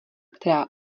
která